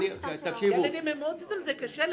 לילדים עם אוטיזם זה קשה.